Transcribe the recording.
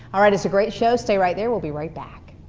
alright, it's a great show, stay right there, we'll be right back.